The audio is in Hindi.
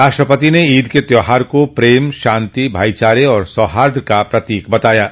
राष्ट्रपति ने ईद के त्यौहार को प्रेम शांति भाईचारे और सौहार्द का प्रतीक बताया है